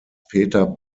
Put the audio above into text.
peter